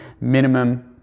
minimum